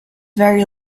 very